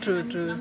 true true